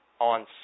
on